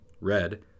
red